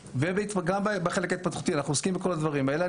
וגם בחלק ההתפתחותי אנחנו עוסקים בכל הדברים האלה.